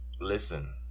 Listen